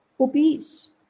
obese